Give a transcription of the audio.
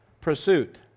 pursuit